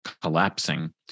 collapsing